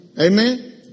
Amen